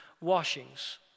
washings